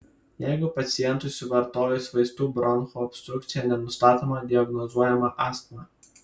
jeigu pacientui suvartojus vaistų bronchų obstrukcija nenustatoma diagnozuojama astma